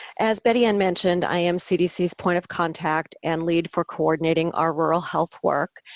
as betty-ann mentioned, i am cdc's point of contact and lead for coordinating our rural health work,